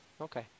Okay